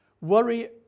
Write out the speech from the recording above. Worry